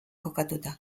kokatuta